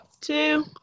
two